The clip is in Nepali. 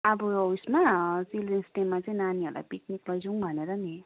अब ऊ यसमा चिल्ड्रेन्स डेमा चाहिँ नानीहरूलाई पिकनिक लैजाऔँ भनेर नि